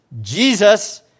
Jesus